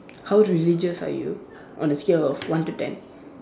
how religious are you on a scale of one to ten